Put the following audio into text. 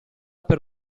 per